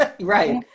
right